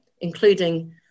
including